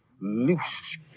Loose